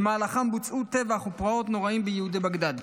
ובמהלכם בוצעו טבח ופרעות נוראיים ביהודי בגדד.